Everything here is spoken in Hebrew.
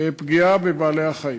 פגיעה בבעלי-החיים.